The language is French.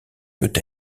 peut